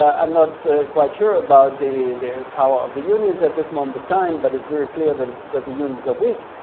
i'm not quite sure about the the power of the unions at this moment of time, but it's very clear that the the unions are weak.